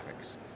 graphics